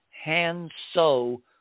hand-sew